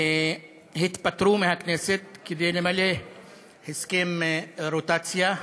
התפטרו מהכנסת כדי למלא הסכם רוטציה.